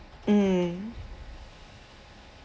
mm